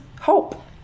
hope